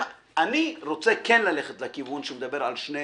אני כן רוצה ללכת לכיוון שמדבר על שני